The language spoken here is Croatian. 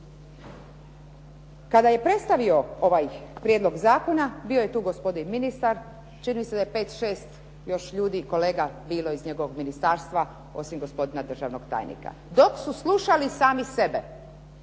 Kada je predstavio ovaj prijedlog zakona bio je tu gospodin ministar, čini mi se da je još pet, šest ljudi kolega bilo iz njegovog ministarstva osim gospodina državnog tajnika. Dok su slušali sami sebe,